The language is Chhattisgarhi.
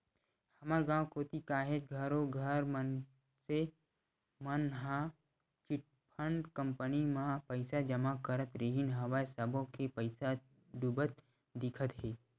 हमर गाँव कोती काहेच घरों घर मनसे मन ह चिटफंड कंपनी मन म पइसा जमा करत रिहिन हवय सब्बो के पइसा डूबत दिखत हे